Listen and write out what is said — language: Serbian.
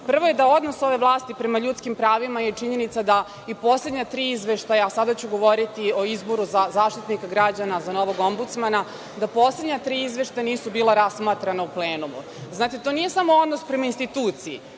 Prvo je da odnos ove vlasti prema ljudskim pravima je činjenica da i poslednja tri izveštaja, a sada ću govoriti o izboru za Zaštitnika građana, za novog ombudsmana, da poslednja tri izveštaja nisu bila razmatrana u plenumu. To nije samo odnos prema instituciji